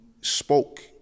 spoke